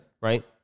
Right